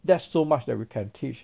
that's so much that we can teach